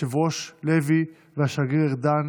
היושב-ראש לוי והשגריר ארדן,